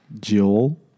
Joel